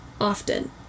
Often